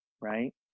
right